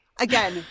Again